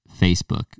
Facebook